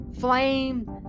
flame